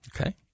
Okay